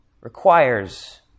requires